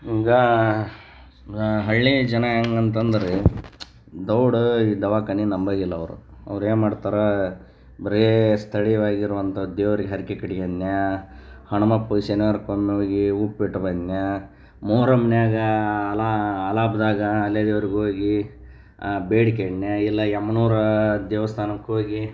ಈಗ ಹಳ್ಳಿಯ ಜನ ಹೆಂಗಂತಂದ್ ರೀ ದೌಡ ಈ ದವಾಖಾನೆ ನಂಬಂಗಿಲ್ಲ ಅವರು ಅವ್ರು ಏನು ಮಾಡ್ತಾರೆ ಬರೀ ಸ್ಥಳೀಯವಾಗಿರುವಂಥ ದೇವ್ರಿಗೆ ಹರಕೆ ಕಟ್ಗೆನ್ಯಾ ಹನುಮಪ್ಪಗ್ ಶನಿವಾರಕ್ಕೆ ಒಮ್ಮೆ ಹೋಗಿ ಹೂ ಕೊಟ್ಟು ಬಂದ್ನಾ ಮೊಹರಮ್ನ್ಯಾಗಾ ಅಲ್ಲಾ ಅಲಾಬ್ದಾಗಾ ಅಲೆ ದೇವ್ರಿಗೋಗಿ ಬೇಡ್ಕಣ್ಯಾ ಇಲ್ಲ ಈ ಅಮ್ಮನೋರ ದೇವಸ್ಥಾನಕ್ಕೆ ಹೋಗಿ